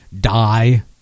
die